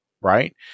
right